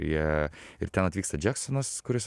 jie ir ten atvyksta džeksonas kuris